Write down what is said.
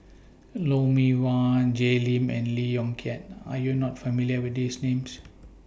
Lou Mee Wah Jay Lim and Lee Yong Kiat Are YOU not familiar with These Names